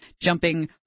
jumping